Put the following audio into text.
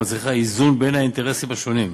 המצריכה איזון בין האינטרסים השונים,